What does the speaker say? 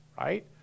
right